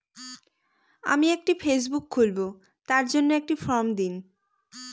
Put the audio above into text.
আমি একটি ফেসবুক খুলব তার জন্য একটি ফ্রম দিন?